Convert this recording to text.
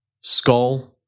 skull